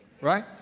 right